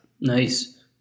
Nice